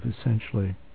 essentially